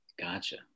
Gotcha